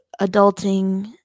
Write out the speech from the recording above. adulting